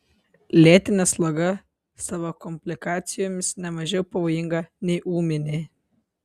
lėtinė sloga savo komplikacijomis ne mažiau pavojinga nei ūminė